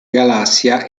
galassia